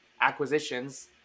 acquisitions